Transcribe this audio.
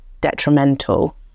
detrimental